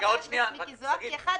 מחבר הכנסת מיקי זוהר,